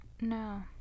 No